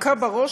מכה בראש,